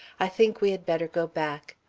i think we had better go back.